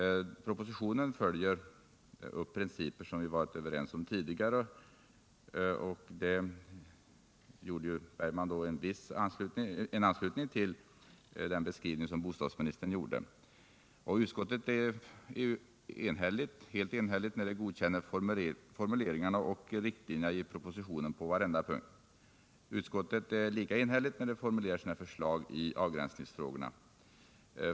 Propositionen följer upp principer som vi varit överens om tidigare. Och Per Bergman anslöt sig i viss mån till den beskrivning som bostadsministern gjorde. Utskottet är enhälligt när det godkänner formuleringarna av riktlinjerna i propositionen på varenda punkt. Utskottet är lika enhälligt när det formulerar sina förslag i avgränsningsfrågorna.